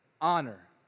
Honor